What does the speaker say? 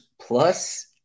Plus